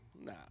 Nah